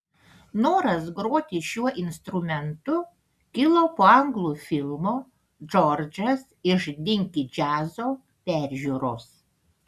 noras groti šiuo instrumentu kilo po anglų filmo džordžas iš dinki džiazo peržiūros